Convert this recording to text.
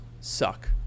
suck